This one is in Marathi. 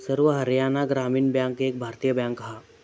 सर्व हरयाणा ग्रामीण बॅन्क एक भारतीय बॅन्क हा